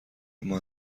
اما